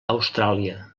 austràlia